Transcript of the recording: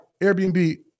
Airbnb